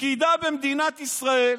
פקידה במדינת ישראל,